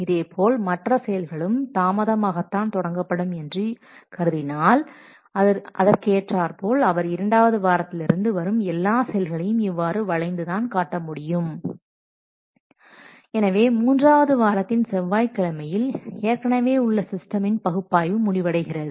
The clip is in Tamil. இதேபோல் மற்ற செயல்களும் தாமதமாகத்தான் தொடங்கப்படும் என்று என்று கருதினால் அதற்கு ஏற்றார் போல் அவர் இரண்டாவது வாரத்திலிருந்து வரும் எல்லா செயல்களையும் இவ்வாறு வளைந்து தான் காட்ட முடியும் எனவே மூன்றாவது வாரத்தின் செவ்வாய்கிழமையில் ஏற்கனவே உள்ள சிஸ்டமின் பகுப்பாய்வு முடிவடைகிறது